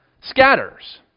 scatters